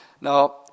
Now